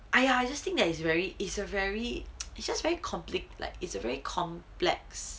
!aiya! I just think that it's very it's a very it's just very compli~ like it's a very complex